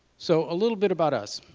so a little bit about us.